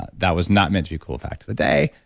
that was not meant to be cool fact of the day,